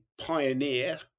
pioneer